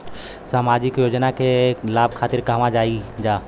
सामाजिक योजना के लाभ खातिर कहवा जाई जा?